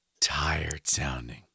tired-sounding